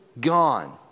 gone